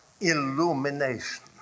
illumination